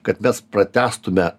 kad mes pratęstume